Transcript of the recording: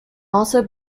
also